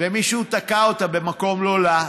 ומישהו תקע אותה במקום לא לה,